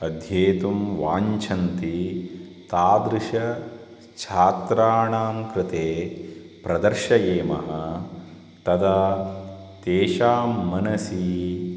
अध्येतुं वाञ्छन्ति तादृशानां छात्राणां कृते प्रदर्शयेमः तदा तेषां मनसि